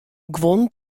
guon